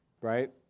right